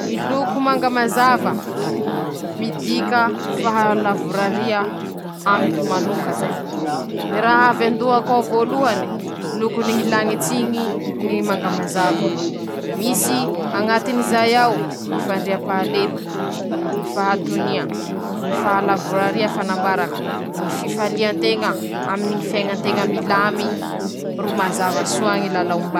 Aminy ñy fiketreha an-traño noho ñy fisakafoana aminy ñy hôtely :-ñy miketriky an-traño ñ'ahy ñy teako, ñ'antony, afaky miketrikyze hany teako ho hany aho, aminy ñy tsiro itiavako azy, mahafa-po ahy, ro mbo vintsy soa koa aho, aminy ñy sakafo nikinetriko oñy, afa-po soa, minon-drano soa aho laha bakeo la mitsilañy.